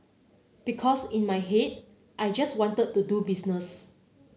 because in my head I just wanted to do business